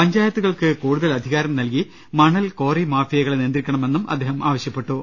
പഞ്ചായത്തുകൾക്ക് കൂടുതൽ അധികാരം നൽകി മണൽ ക്വാറി മാഫിയകളെ നിയന്ത്രിക്കണമെന്നും അദ്ദേഹം ആവശ്യപ്പെട്ടു